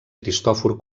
cristòfor